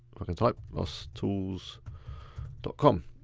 i'm gonna type, losstools com.